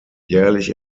jährlich